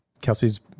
Kelsey's